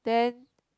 then